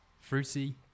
fruity